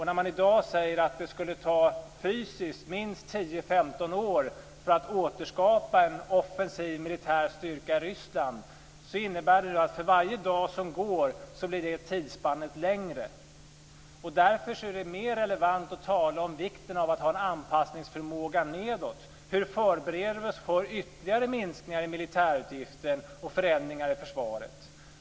När man i dag säger att det skulle ta minst 10-15 år för att fysiskt återskapa en offensiv militär styrka i Ryssland innebär det att tidrymden blir längre för varje dag som går. Därför är det mer relevant att tala om vikten av att ha en anpassningsförmåga nedåt. Hur förbereder vi oss för ytterligare minskningar av militärutgifterna och förändringar i försvaret?